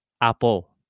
Apple